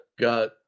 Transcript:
Got